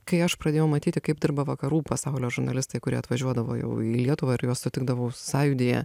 kai aš pradėjau matyti kaip dirba vakarų pasaulio žurnalistai kurie atvažiuodavo jau į lietuvą ir juos sutikdavau sąjūdyje